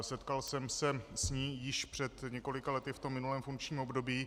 Setkal jsem se s ní již před několika lety v minulém funkčním období.